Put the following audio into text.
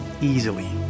easily